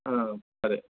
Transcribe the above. ఆ సరే